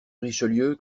richelieu